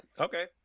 Okay